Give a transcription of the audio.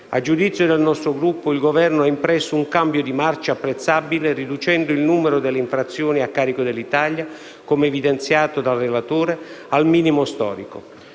A giudizio del nostro Gruppo, il Governo ha impresso un cambio di marcia apprezzabile riducendo il numero delle infrazioni a carico dell'Italia, come evidenziato ieri dal relatore, al minimo storico.